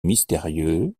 mystérieux